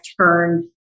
turned